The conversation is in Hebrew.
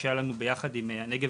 שהיה לנו ביחד עם המשרד לפיתוח הפריפריה,